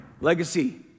Legacy